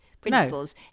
principles